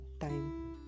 time